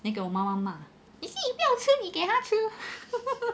then 给我妈妈骂你不要吃你给他吃